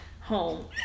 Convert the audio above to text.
home